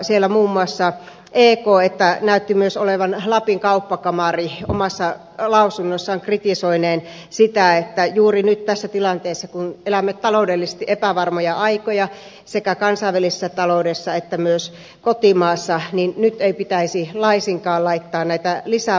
siellä muun muassa ek ja näytti myös lapin kauppakamari omassa lausunnossaan kritisoineen sitä että juuri nyt tässä tilanteessa kun elämme taloudellisesti epävarmoja aikoja sekä kansainvälisessä taloudessa että myös kotimaassa ei pitäisi laisinkaan laittaa näitä lisämaksuja